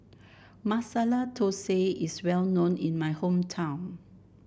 Masala Dosa is well known in my hometown